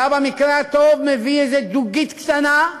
אתה במקרה הטוב מביא איזה דוגית קטנה,